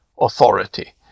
authority